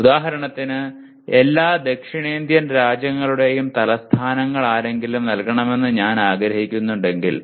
ഉദാഹരണത്തിന് എല്ലാ ദക്ഷിണേഷ്യൻ രാജ്യങ്ങളുടെയും തലസ്ഥാനങ്ങൾ ആരെങ്കിലും നൽകണമെന്ന് ഞാൻ ആഗ്രഹിക്കുന്നുവെങ്കിൽ